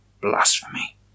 blasphemy